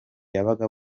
yabaga